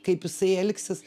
kaip jisai elgsis